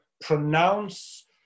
pronounce